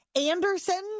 Anderson